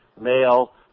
male